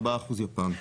4% יפן,